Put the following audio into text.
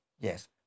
Yes